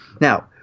Now